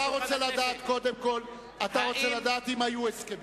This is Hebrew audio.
אתה רוצה לדעת אם היו הסכמים.